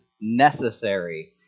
necessary